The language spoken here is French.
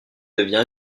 devient